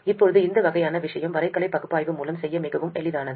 இப்போது இந்த வகையான விஷயம் வரைகலை பகுப்பாய்வு மூலம் செய்ய மிகவும் எளிதானது